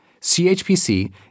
CHPC